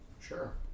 Sure